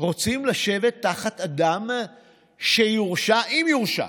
רוצים לשבת תחת אדם שיורשע, אם יורשע,